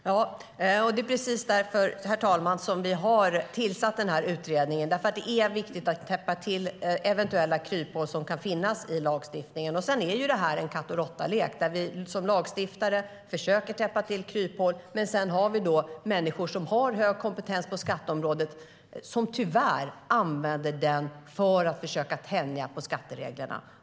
Herr talman! Det är precis därför som vi har tillsatt den här utredningen. Det är viktigt att täppa till eventuella kryphål som kan finnas i lagstiftningen. Det här är en katt-och-råtta-lek där vi som lagstiftare försöker täppa till kryphål, och så har vi människor med hög kompetens på skatteområdet som tyvärr använder den för att försöka tänja på skattereglerna.